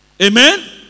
Amen